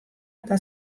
eta